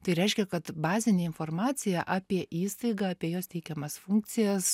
tai reiškia kad bazinė informacija apie įstaigą apie jos teikiamas funkcijas